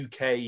UK